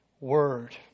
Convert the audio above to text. word